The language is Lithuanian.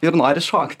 ir nori šokti